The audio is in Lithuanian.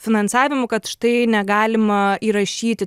finansavimu kad štai negalima įrašyti